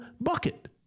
bucket